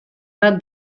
bat